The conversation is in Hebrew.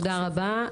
תודה רבה.